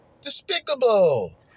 Despicable